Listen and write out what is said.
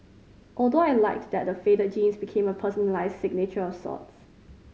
although I liked that the faded jeans became a personalised signature of sorts